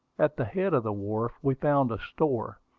at the head of the wharf we found a store,